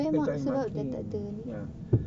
eh tak payah marking ya